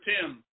tim